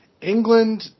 England